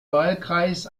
wahlkreis